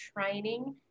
training